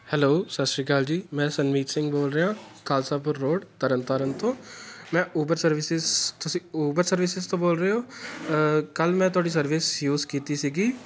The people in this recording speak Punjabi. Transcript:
ਹੈਲੋ ਸਤਿ ਸ਼੍ਰੀ ਅਕਾਲ ਜੀ ਮੈਂ ਸਨਮੀਤ ਸਿੰਘ ਬੋਲ ਰਿਹਾ ਖਾਲਸਾ ਪੁਰ ਰੋਡ ਤਰਨ ਤਾਰਨ ਤੋਂ ਮੈਂ ਉਬਰ ਸਰਵਿਸਿਸ ਤੁਸ ਤੁਸੀਂ ਉਬਰ ਸਰਵਿਸਿਸ ਤੋਂ ਬੋਲ ਰਹੇ ਹੋ ਕੱਲ੍ਹ ਮੈਂ ਤੁਹਾਡੀ ਸਰਵਿਸ ਯੂਜ ਕੀਤੀ ਸੀਗੀ